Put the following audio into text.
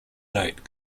note